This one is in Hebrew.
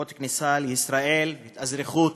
חוק הכניסה לישראל, והאזרחות,